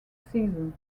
season